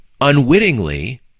unwittingly